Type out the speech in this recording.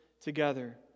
together